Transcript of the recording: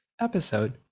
episode